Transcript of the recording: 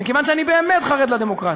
מכיוון שאני באמת חרד לדמוקרטיה,